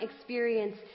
experience